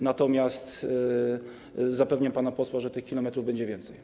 Natomiast zapewniam pana posła, że tych kilometrów będzie więcej.